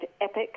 epic